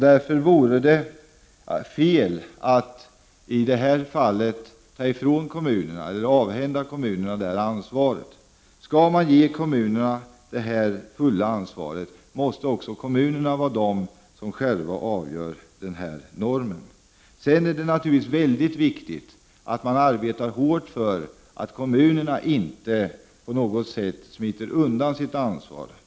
Därför vore det fel att avhända kommunerna detta ansvar. Skall kommunerna ges det fulla ansvaret måste de också själva få avgöra normerna för socialbidrag. Det är naturligtvis mycket viktigt att arbeta hårt för att kommunerna inte på något sätt skall smita undan sitt ansvar.